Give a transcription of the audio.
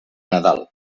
nadal